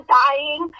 dying